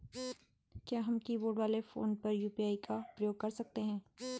क्या हम कीबोर्ड वाले फोन पर यु.पी.आई का प्रयोग कर सकते हैं?